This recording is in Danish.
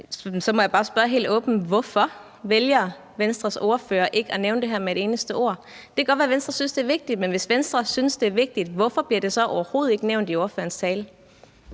Så må jeg bare spørge helt åbent: Hvorfor vælger Venstres ordfører ikke at nævne det her med et eneste ord? Det kan godt være, at Venstre synes, det er vigtigt, men hvis Venstre synes, det er vigtigt, hvorfor bliver det så overhovedet ikke nævnt i ordførerens tale?